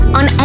on